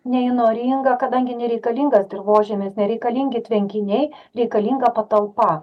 neįnoringa kadangi nereikalingas dirvožemis nereikalingi tvenkiniai reikalinga patalpa